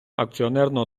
акціонерного